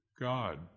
God